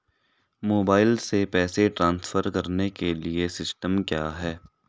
Mobile से पैसे transfer करने के लिए सिस्टम क्या है?